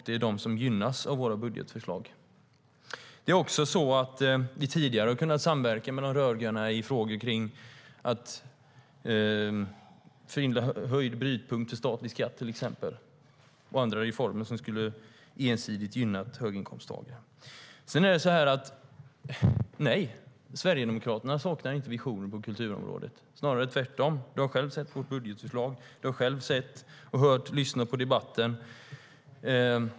Det är de som gynnas av våra budgetförslag. Vi har tidigare kunnat samverka med de rödgröna, till exempel när det handlade om att förhindra höjd brytpunkt i statlig inkomstskatt och andra reformer som ensidigt skulle ha gynnat höginkomsttagare. Nej, Sverigedemokraterna saknar inte visioner på kulturområdet, snarare tvärtom. Du har själv sett vårt budgetförslag, Alice Bah Kuhnke. Du har lyssnat på debatten.